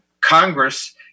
Congress